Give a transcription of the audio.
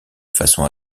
façon